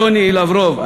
טוני לברוב,